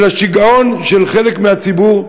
אלא שיגעון של חלק מהציבור,